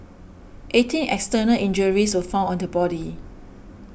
eighteen external injuries were found on the body